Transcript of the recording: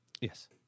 Yes